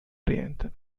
oriente